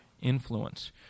influence